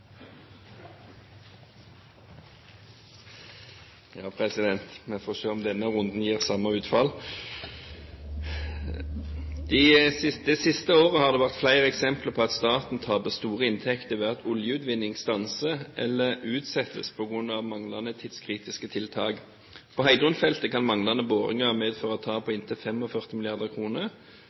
får se om denne runden gir samme utfall: «Det siste året har det vært flere eksempler på at staten taper store inntekter ved at oljeutvinning stanser eller utsettes på grunn av manglende tidskritiske tiltak. På Heidrun-feltet kan manglende boringer medføre tap på inntil